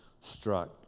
struck